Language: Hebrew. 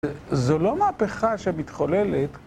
זו לא מהפכה שמתחוללת